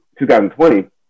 2020